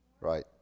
Right